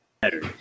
better